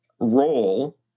role